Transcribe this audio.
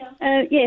Yes